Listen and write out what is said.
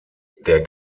der